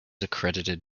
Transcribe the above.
accredited